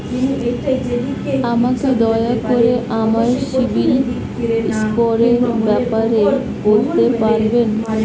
আমাকে দয়া করে আমার সিবিল স্কোরের ব্যাপারে বলতে পারবেন?